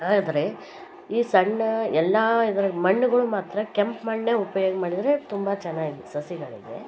ಆದರೆ ಈ ಸಣ್ಣ ಎಲ್ಲ ಇದರ ಮಣ್ಣುಗಳು ಮಾತ್ರ ಕೆಂಪು ಮಣ್ಣೇ ಉಪಯೋಗ ಮಾಡಿದರೆ ತುಂಬ ಚೆನ್ನಾಗಿ ಸಸಿಗಳಿಗೆ